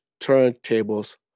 turntables